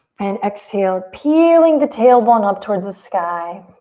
and exhale, peeling the tailbone up towards the sky.